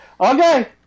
okay